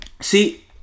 See